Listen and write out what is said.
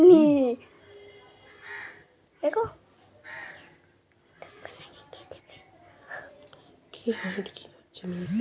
Online account খুললে passbook আর ATM card কি পাওয়া যায়?